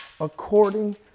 according